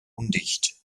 undicht